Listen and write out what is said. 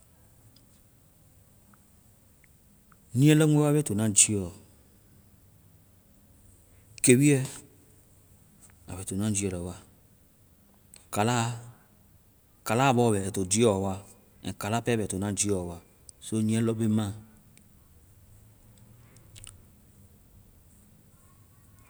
nyiiɛ lɔbeŋ wa be tona jiiɛɔ. Kewuɛ! A be to na jiiɛ lɔ wa. Kala! Kala bɔ bɛ ai to jiiɛɔ wa. Ɛŋ kala pɛ bɛ tona jiiɛɔ wa. so nyiiɛ lɔbeŋ ma.